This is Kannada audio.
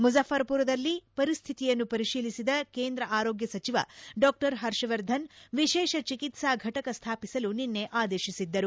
ಮುಜಾಫರ್ ಮರದಲ್ಲಿ ಪರಿಸ್ವಿತಿಯನ್ನು ಪರಿಶೀಲಿಸಿದ ಕೇಂದ್ರ ಆರೋಗ್ಯ ಸಚಿವ ಡಾ ಹರ್ಷವರ್ಧನ್ ವಿಶೇಷ ಚಿಕಿತ್ಸಾ ಘಟಕ ಸ್ವಾಪಿಸಲು ನಿನ್ನೆ ಆದೇಶಿಸಿದ್ದರು